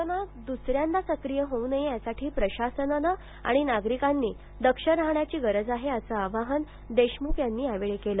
corona द्सऱ्यांदा सक्रिय होऊ नये यासाठी प्रशासन आणि नागरिकांनी दक्ष राहण्याची गरज आहे असं आवाहन देशमुख यांनी केलं